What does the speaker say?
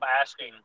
asking